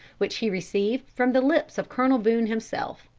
which he received from the lips of colonel boone himself.